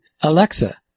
Alexa